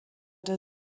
der